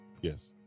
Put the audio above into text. yes